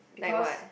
like what